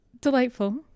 Delightful